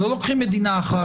לא לוקחים מדינה אחת.